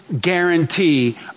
guarantee